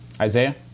Isaiah